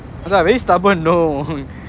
like I very stubborn no